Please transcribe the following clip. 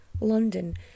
London